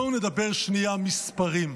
בואו נדבר שנייה מספרים.